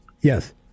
Yes